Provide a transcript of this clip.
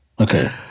Okay